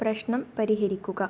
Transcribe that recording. പ്രശ്നം പരിഹരിക്കുക